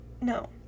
No